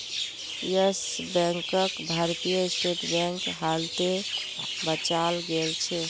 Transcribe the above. yes बैंकक Bharatiya State Bank हालते बचाल गेलछेक